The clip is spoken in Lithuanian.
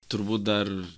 turbūt dar